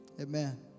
Amen